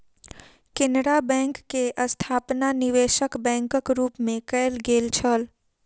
Canara bank के स्थापना निवेशक बैंकक रूप मे कयल गेल छल